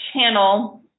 channel